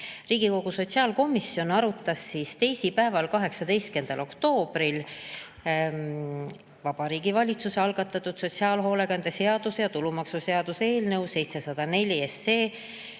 Riigikogu sotsiaalkomisjon arutas teisipäeval, 18. oktoobril Vabariigi Valitsuse algatatud sotsiaalhoolekande seaduse ja tulumaksuseaduse [muutmise